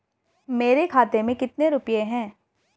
मेरे खाते में कितने रुपये हैं?